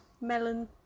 Melon